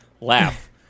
laugh